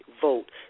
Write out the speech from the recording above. vote